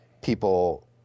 People